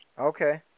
Okay